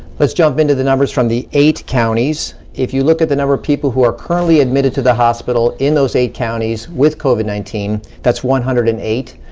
let's jump into the numbers from the eight counties. if you look at the number of people who are currently admitted to the hospital in those eight counties with covid nineteen, that's one hundred and eight.